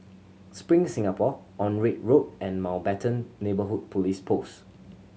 Spring Singapore Onraet Road and Mountbatten Neighbourhood Police Post